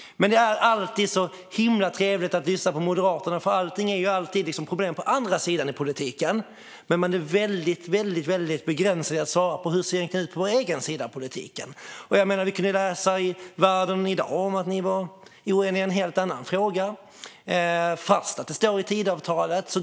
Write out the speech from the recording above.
Det är alltid så himla trevligt att lyssna på Moderaterna, för allting handlar om problem på andra sidan i politiken, men man är väldigt begränsad när det gäller att svara på hur det ser ut på den egna sidan. Vi kunde läsa i Världen idag om att ni var oeniga i en helt annan fråga, trots att den står i Tidöavtalet.